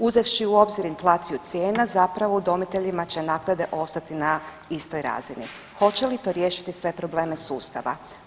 Uzevši u obzir inflaciju cijena zapravo udomiteljima će naknade ostati na istoj razini, hoće li to riješiti sve probleme sustava?